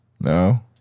no